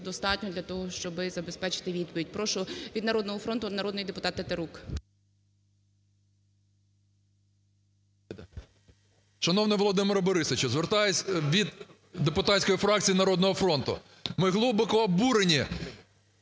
достатньо для того, щоби забезпечити відповідь. Прошу, від "Народного фронту" народний депутат Тетерук.